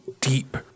deep